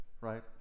right